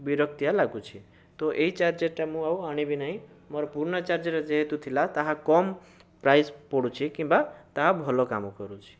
ବିରକ୍ତିଆ ଲାଗୁଛି ତୋ ଏହି ଚାର୍ଜରଟା ମୁଁ ଆଉ ଆଣିବି ନାଇଁ ମୋର ପୁରୁଣା ଚାର୍ଜରଟା ଯେହେତୁ ଥିଲା ତାହା କମ ପ୍ରାଇସ୍ ପଡୁଛି କିମ୍ବା ତାହା ଭଲ କାମ କରୁଛି